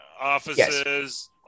offices